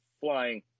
flying